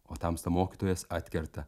o tamsta mokytojas atkerta